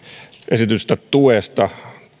esitetystä tuesta tässä